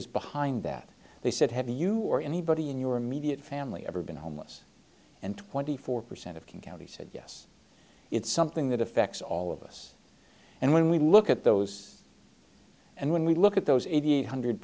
is behind that they said have you or anybody in your immediate family ever been homeless and twenty four percent of king county said yes it's something that affects all of us and when we look at those and when we look at those eighty eight hundred